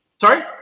Sorry